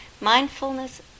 Mindfulness